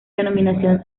denominación